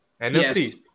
NFC